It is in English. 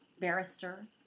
barrister